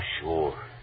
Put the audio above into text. sure